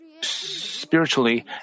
spiritually